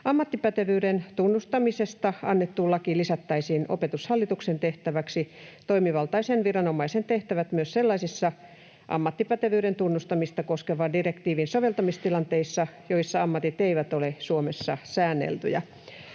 Ammattipätevyyden tunnustamisesta annettuun lakiin lisättäisiin Opetushallituksen tehtäväksi toimivaltaisen viranomaisen tehtävät myös sellaisissa ammattipätevyyden tunnustamista koskevan direktiivin soveltamistilanteissa, joissa ammatit eivät ole Suomessa säänneltyjä.